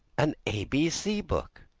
an a b c book.